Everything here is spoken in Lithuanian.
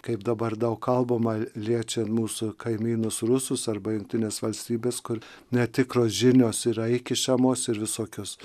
kaip dabar daug kalbama liečiant mūsų kaimynus rusus arba jungtines valstybes kur netikros žinios yra įkišamos ir visokios